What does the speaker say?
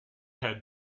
had